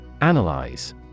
Analyze